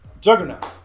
Juggernaut